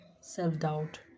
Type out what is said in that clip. self-doubt